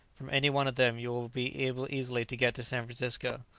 from any one of them you will be able easily to get to san francisco.